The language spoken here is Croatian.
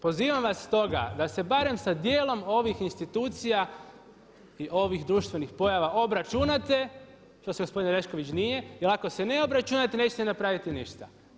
Pozivam vas stoga da se barem sa dijelom ovih institucija i ovih društvenih pojava obračunate što se gospodin Orešković nije, jer ako se ne obračunate nećete napraviti ništa.